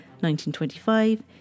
1925